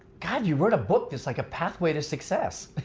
god, you wrote a book that's like a pathway to success.